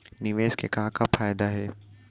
निवेश के का का फयादा हे?